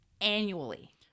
annually